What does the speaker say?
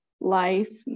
life